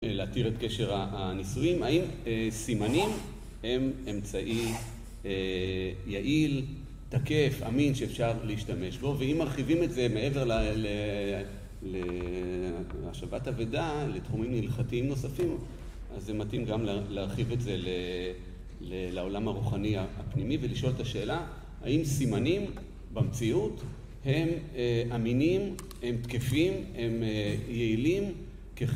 להתיר את קשר הנישואין, האם סימנים הם אמצעי יעיל, תקף, אמין שאפשר להשתמש בו ואם מרחיבים את זה מעבר להשבת אבדה, לתחומים הלכתייים נוספים אז זה מתאים גם להרחיב את זה לעולם הרוחני הפנימי ולשאול את השאלה האם סימנים במציאות הם אמינים, הם תקפים, הם יעילים כחלק?